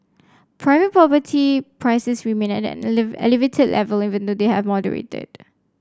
private property prices remained at an elevated level even though they have moderated